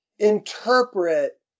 interpret